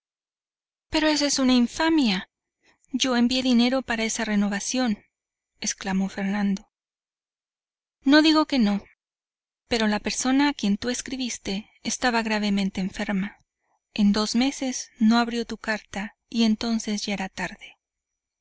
pero eso es una infamia yo envié dinero para esa renovación exclamó fernando no digo que no pero la persona a quien tú escribiste estaba gravemente enferma en dos meses no abrió tu carta y entonces ya era tarde